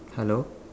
hello